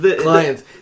clients